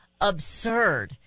absurd